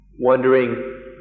wondering